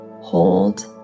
hold